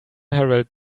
herald